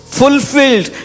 fulfilled